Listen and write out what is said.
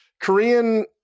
korean